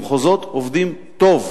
המחוזות עובדים טוב.